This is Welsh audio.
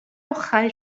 ochrau